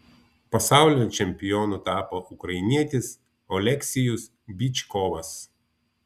pasaulio čempionu tapo ukrainietis oleksijus byčkovas